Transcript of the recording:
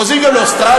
עוזבים גם לאוסטרליה,